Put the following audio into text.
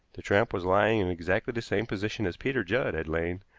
the tramp was lying in exactly the same position as peter judd had lain,